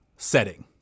setting